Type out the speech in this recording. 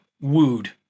wooed